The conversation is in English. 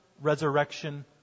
resurrection